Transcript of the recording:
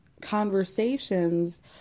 conversations